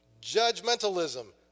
judgmentalism